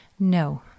No